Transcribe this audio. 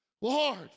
Lord